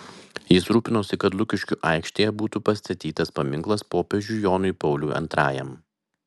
jis rūpinosi kad lukiškių aikštėje būtų pastatytas paminklas popiežiui jonui pauliui antrajam